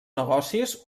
negocis